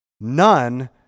None